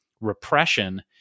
repression